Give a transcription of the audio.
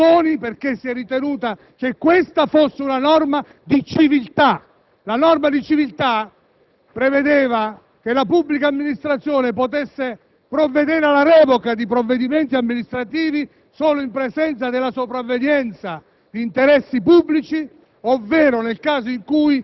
sotto il Governo Berlusconi), poiché si è ritenuto che questa fosse una norma di civiltà; la norma di civiltà prevedeva che la pubblica amministrazione potesse provvedere alla revoca di provvedimenti amministrativi solo in presenza della sopravvenienza di interessi pubblici,